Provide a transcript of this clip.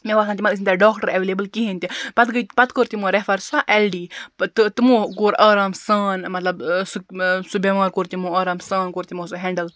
مےٚ باسان تِمن ٲسۍ نہٕ تَتہِ ڈآکٹَر ایویلیبٕل کہیٖنٛۍ تہِ پَتہٕ گٔے پَتہٕ کوٚر تِمو ریٚفَر سۄ ایٚل ڈی تہٕ تمو کوٚر آرام سان مَطلَب سُہ سُہ بیٚمار کوٚر تمو آرام سان کوٚر تُمو سُہ ہینڈل